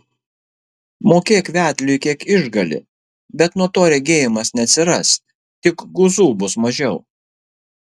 mokėk vedliui kiek išgali bet nuo to regėjimas neatsiras tik guzų bus mažiau